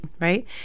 right